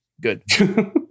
Good